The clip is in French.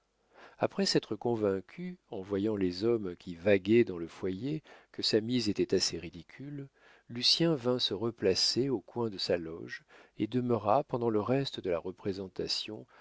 après s'être convaincu en voyant les hommes qui vaguaient dans le foyer que sa mise était assez ridicule lucien vint se replacer au coin de sa loge et demeura pendant le reste de la représentation